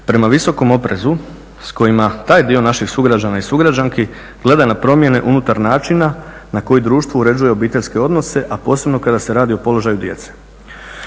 prema visokom oprezu s kojima taj dio naših sugrađana i sugrađanki gleda na promjene unutar načina na koji društvo uređuje obiteljske odnose a posebno kada se radi o položaju djece.